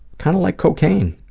kind of like cocaine.